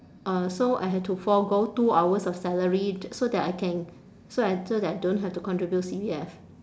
uh so I had to forgo two hours of salary so that I can so I so that I don't have to contribute C_P_F